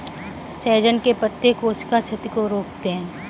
सहजन के पत्ते कोशिका क्षति को रोकते हैं